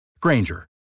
Granger